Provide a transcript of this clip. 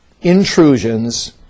intrusions